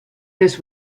this